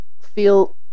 feel